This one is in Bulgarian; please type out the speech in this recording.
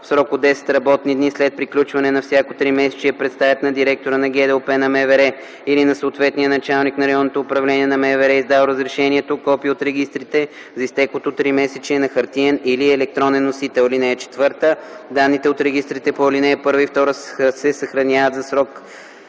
в срок от 10 работни дни след приключване на всяко тримесечие представят на директора на ГДОП на МВР или на съответния началник на РУ на МВР, издал разрешението, копие от регистрите за изтеклото тримесечие, на хартиен или електронен носител. (4) Данните от регистрите по ал. 1 и 2 се съхраняват за срок